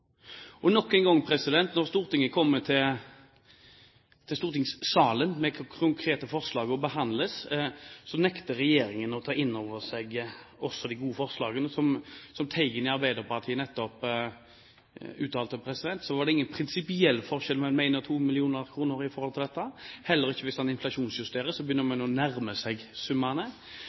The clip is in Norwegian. Og nok en gang når vi kommer til stortingssalen med konkrete forslag til behandling, nekter regjeringen å ta inn over seg de gode forslagene. Som Teigen fra Arbeiderpartiet nettopp uttalte, er det ingen prinsipiell forskjell mellom 1 og 2 mill. kr i forhold til dette. Heller ikke hvis man inflasjonsjusterer, begynner man å nærme seg